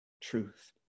truth